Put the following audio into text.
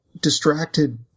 distracted